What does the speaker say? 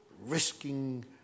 risking